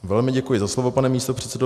Velmi děkuji za slovo, pane místopředsedo.